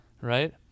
right